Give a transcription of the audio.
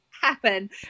happen